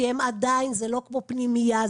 זה לא כמו פנימייה,